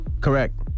Correct